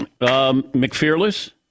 McFearless